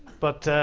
but